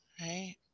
right